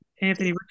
Anthony